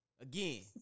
Again